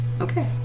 Okay